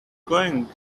going